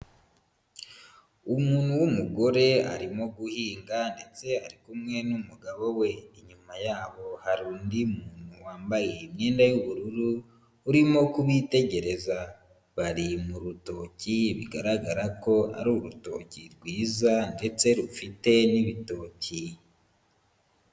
Umuntu w'umugore arimo guhinga ndetse ari kumwe n'umugabo we. Inyuma yabo hari undi muntu wambaye imyenda y'ubururu urimo kubitegereza. Bari mu rutoki bigaragara ko ari urutoki rwiza ndetse rufite n'ibitoki.